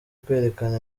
kwerekana